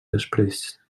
després